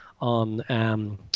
on